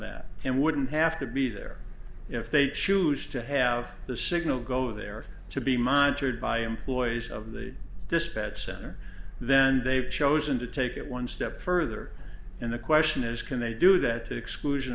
that and wouldn't have to be there if they choose to have the signal go there to be monitored by employees of the dispatch center then they've chosen to take it one step further and the question is can they do that exclusion